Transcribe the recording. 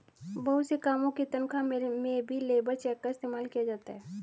बहुत से कामों की तन्ख्वाह में भी लेबर चेक का इस्तेमाल किया जाता है